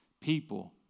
People